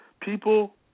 People